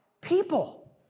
people